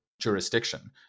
jurisdiction